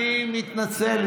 אני מתנצל.